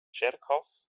tsjerkhôf